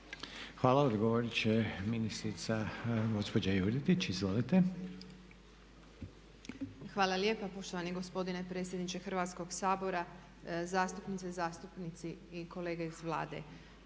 Hvala. Odgovorit će ministrica gospođa Juretić. Izvolite. **Juretić, Bernardica** Hvala lijepa poštovani gospodine predsjedniče Hrvatskog sabora, zastupnice i zastupnici i kolege iz Vlade.